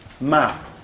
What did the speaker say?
map